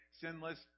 sinless